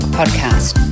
podcast